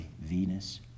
Venus